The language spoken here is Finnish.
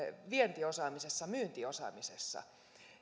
vientiosaamisessa ja myyntiosaamisessa